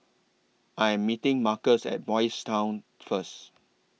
I Am meeting Marcus At Boys' Town First